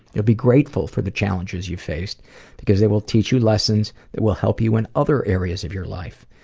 you'll be grateful for the challenges you've faced because it will teach you lessons that will help you in other areas of your life.